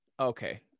Okay